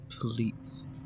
Police